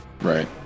right